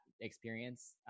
experience